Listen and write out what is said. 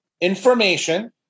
information